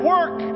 Work